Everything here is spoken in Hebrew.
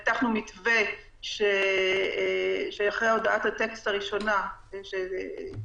אנחנו הבטחנו מתווה שאחרי הודעת הטקסט הראשונה תהיה